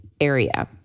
area